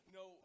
no